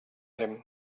him